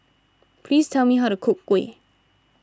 please tell me how to cook Kuih